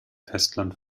festland